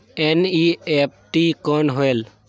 NEFT कौन होएल?